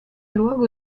luogo